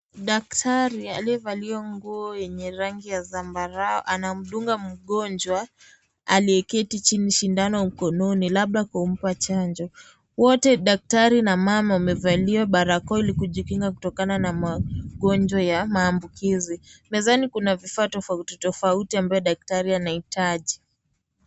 Daktari aliyevalia nguo yenye rangi ya zambarao anamdunga mgonjwa aliyeketi chini sindano mkononi labda kumpa chanjo wote daktari na mama wamevalia barakoa ili kujikinga kutokana na magonjwa ya maambukizi mezani kuna vifaa tofauti tofauti ambayo daktari anaitaji.